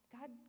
God